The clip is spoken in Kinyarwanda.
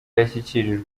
yashyikirijwe